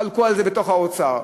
חלקו על זה בתוך האוצר,